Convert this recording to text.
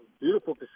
beautiful